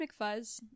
McFuzz